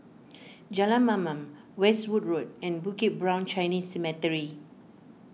Jalan Mamam Westwood Road and Bukit Brown Chinese Cemetery